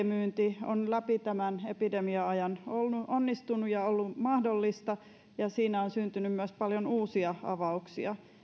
myynti on läpi tämän epidemia ajan onnistunut ja ollut mahdollista ja siinä on syntynyt myös paljon uusia avauksia